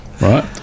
Right